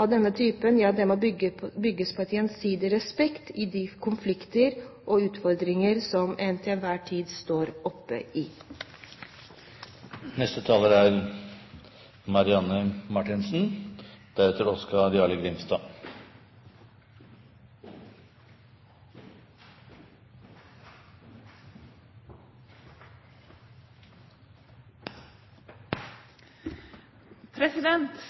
av denne typen må i de konflikter og utfordringer som en til enhver tid står oppe